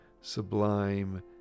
sublime